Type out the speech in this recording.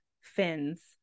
fins